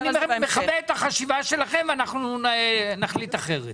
אני מכבד את החשיבה שלכם, ואנחנו נחליט אחרת.